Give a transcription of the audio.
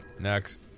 Next